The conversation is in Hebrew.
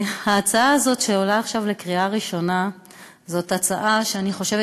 ההצעה הזאת שעולה עכשיו לקריאה ראשונה זאת הצעה שאני חושבת